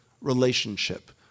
relationship